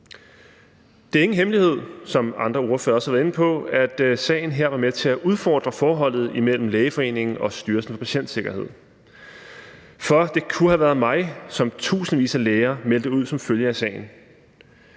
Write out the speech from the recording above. Det er ingen hemmelighed, som andre ordførere også har været inde på, at sagen her var med til at udfordre forholdet imellem Lægeforeningen og Styrelsen for Patientsikkerhed. For »det kunne have været mig«, som tusindvis af læger meldte ud som følge af sagen.